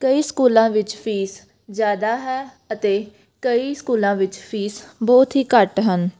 ਕਈ ਸਕੂਲਾਂ ਵਿੱਚ ਫੀਸ ਜ਼ਿਆਦਾ ਹੈ ਅਤੇ ਕਈ ਸਕੂਲਾਂ ਵਿੱਚ ਫੀਸ ਬਹੁਤ ਹੀ ਘੱਟ ਹਨ